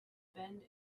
bend